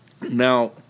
Now